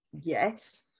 Yes